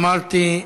אמרתי: